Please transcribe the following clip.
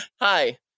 Hi